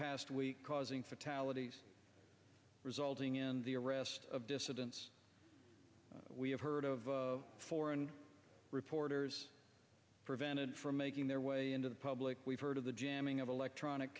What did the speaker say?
past week causing fatalities resulting in the arrest of dissidents we have heard of foreign reporters prevented from making their way into the public we've heard of the jamming of electronic